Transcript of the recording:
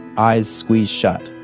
eyes squeezed shut,